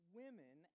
women